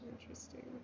Interesting